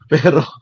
Pero